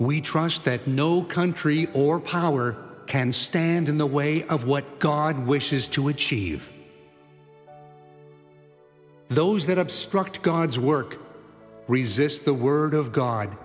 we trust that no country or power can stand in the way of what god wishes to achieve those that obstruct god's work resist the word of god